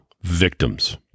victims